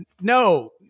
no